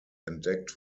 entdeckt